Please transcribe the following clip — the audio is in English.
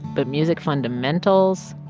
but music fundamentals,